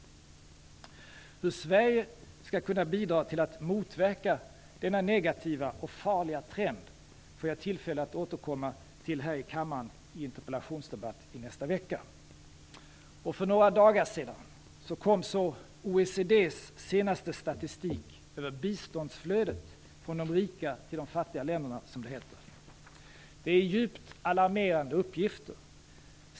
Hur Sverige skall kunna bidra till att motverka denna negativa och farliga trend får jag tillfälle att återkomma till här i kammaren i interpellationsdebatten i nästa vecka. För några dagar sedan kom så OECD:s senaste statistik över biståndsflödet från de rika till de fattiga länderna. Det är djupt alarmerande uppgifter.